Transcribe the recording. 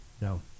No